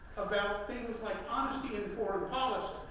about things like honesty in foreign policy,